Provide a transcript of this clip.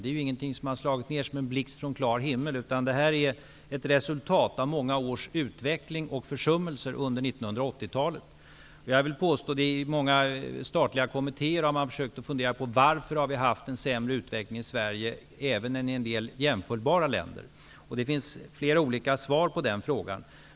Det är ingenting som har slagit ner som en blixt från klar himmel, utan det är ett resultat av många års utveckling och försummelser under 1980-talet. I många statliga kommittéer har man försökt fundera på varför vi har haft en sämre utveckling i Sverige än i en del jämförbara länder. Det finns flera olika svar på den frågan.